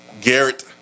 Garrett